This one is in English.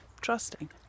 trusting